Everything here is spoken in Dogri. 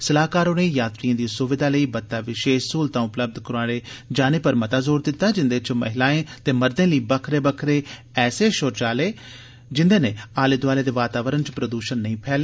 स्लाहकार होरें यात्रियें दी सुविधा लेई बत्ता विशेष स्हलतां उपलब्ध कराए जाने पर मता जोर दिता जिन्दे च महिलायें ते मर्दे लेई बक्खरे बक्खरे ऐसे शौचालय जिन्दे नै आले दौआले दे वातावरण च प्रदूषण नई फैले